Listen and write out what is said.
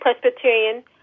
Presbyterian